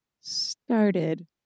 started